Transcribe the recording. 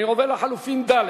אני עובר לחלופין ד'.